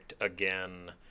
again